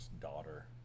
daughter